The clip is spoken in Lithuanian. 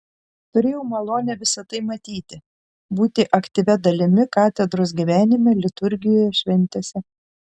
turėjau malonę visa tai matyti būti aktyvia dalimi katedros gyvenime liturgijoje šventėse